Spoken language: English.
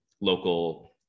local